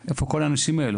אנשים.